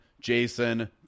Jason